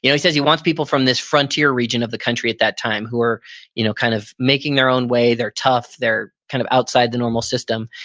yeah he says he wants people from this frontier region of the country at that time, who are you know kind of making their own way, they're tough, they're kind of outside the normal system,